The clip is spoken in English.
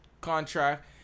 contract